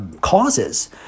causes